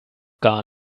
gar